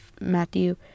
matthew